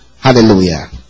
Hallelujah